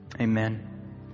Amen